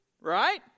right